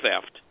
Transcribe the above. theft